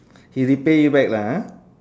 he repay you back lah !huh!